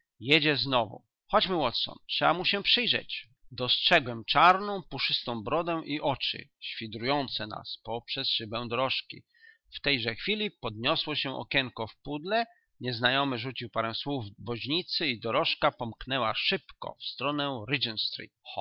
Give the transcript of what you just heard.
jedzie znowu dalej chodźmy watson trzeba mu się przyjrzeć dostrzegłem czarną puszystą brodę i oczy świdrujące nas po przez szybę dorożki w tejże chwili podniosło się okienko w pudle nieznajomy rzucił parę słów woźnicy i dorożka pomknęła szybko w stronę